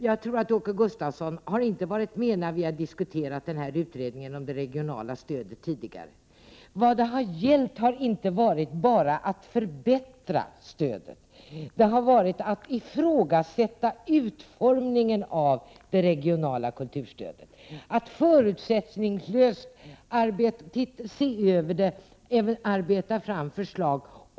Jag tror inte att Åke Gustavsson var med tidigare när vi diskuterade utredningen om det regionala stödet. Det har inte bara gällt att förbättra stödet utan också att ifrågasätta utformningen av det regionala kulturstödet, att förutsättningslöst se över stödet och även arbeta fram förslag.